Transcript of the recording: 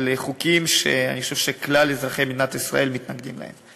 חוקים שאני חושב שכלל אזרחי מדינת ישראל מתנגדים להם.